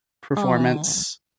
performance